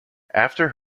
after